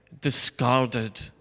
discarded